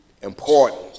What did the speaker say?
Important